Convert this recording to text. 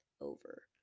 over